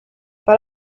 but